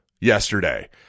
yesterday